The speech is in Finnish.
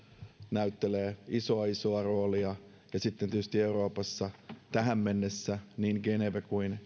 näyttelevät isoa isoa roolia ja sitten tietysti euroopassa tähän mennessä niin geneve kuin